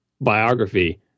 biography